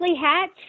Hatch